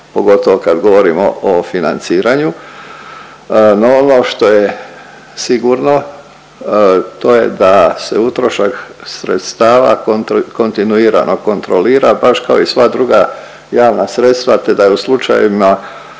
pogotovo kad govorimo o financiranju. No ono što je sigurno to je da se utrošak sredstava kontinuirano kontrolira, baš kao i sva druga javna sredstva, te da je u slučajevima